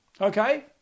Okay